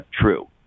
true